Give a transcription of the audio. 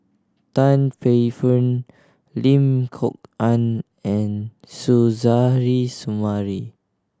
Tan Paey Fern Lim Kok Ann and Suzairhe Sumari